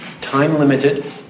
time-limited